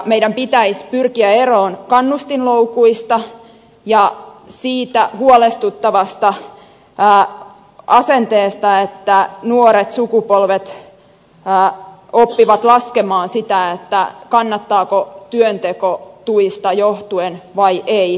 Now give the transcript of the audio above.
meidän pitäisi pyrkiä eroon kannustinloukuista ja siitä huolestuttavasta asenteesta että nuoret sukupolvet oppivat laskemaan kannattaako työnteko tuista johtuen vai ei